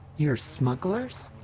you're smugglers?